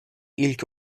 ilk